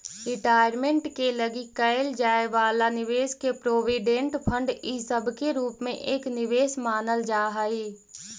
retirement के लगी कईल जाए वाला निवेश के प्रोविडेंट फंड इ सब के रूप में एक निवेश मानल जा हई